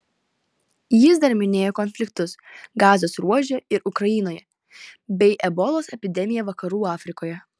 jis dar minėjo konfliktus gazos ruože ir ukrainoje bei ebolos epidemiją vakarų afrikoje